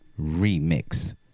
remix